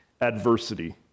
adversity